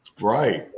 Right